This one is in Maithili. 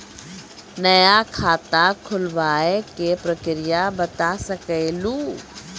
नया खाता खुलवाए के प्रक्रिया बता सके लू?